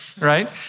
right